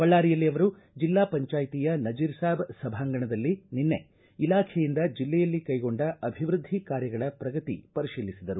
ಬಳ್ಳಾರಿಯಲ್ಲಿ ಅವರು ಜಿಲ್ಲಾ ಪಂಚಾಯ್ತಿಯ ನಜೀರ್ಸಾಬ್ ಸಭಾಂಗಣದಲ್ಲಿ ನಿನ್ನೆ ಇಲಾಖೆಯಿಂದ ಜಿಲ್ಲೆಯಲ್ಲಿ ಕೈಗೊಂಡ ಅಭಿವೃದ್ಧಿ ಕಾರ್ಯಗಳ ಪ್ರಗತಿ ಪರಿಶೀಲಿಸಿದರು